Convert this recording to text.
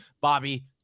Bobby